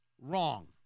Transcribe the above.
wrong